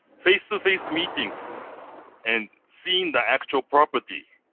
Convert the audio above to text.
face to face meetings and seeing the actual property,